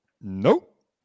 Nope